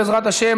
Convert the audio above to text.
בעזרת השם,